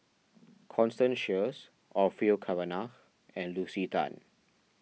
Constance Sheares Orfeur Cavenagh and Lucy Tan